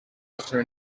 after